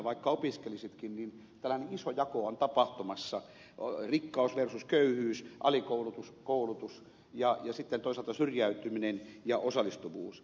vaikka opiskelisitkin niin tällainen isojako on tapahtumassa rikkaus versus köyhyys alikoulutus koulutus ja sitten toisaalta syrjäytyminen ja osallistuvuus